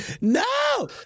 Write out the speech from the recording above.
no